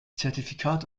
zertifikat